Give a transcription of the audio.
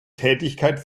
tätigkeit